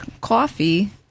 coffee